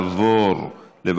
התשע"ח 2018,